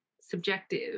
subjective